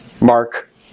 mark